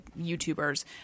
YouTubers